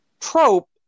trope